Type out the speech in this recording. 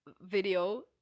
video